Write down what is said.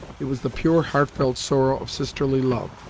it was the pure, heartfelt sorrow of sisterly love,